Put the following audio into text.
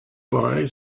bye